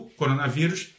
coronavírus